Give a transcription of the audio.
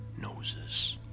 noses